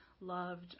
loved